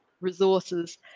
resources